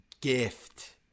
gift